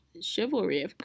chivalry